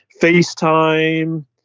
FaceTime